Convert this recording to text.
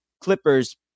Clippers